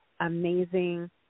amazing